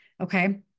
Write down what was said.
Okay